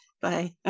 Bye